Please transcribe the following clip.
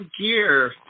gear